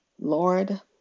Lord